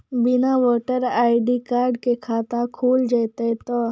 बिना voter ID card के खाता खुल जैते तो?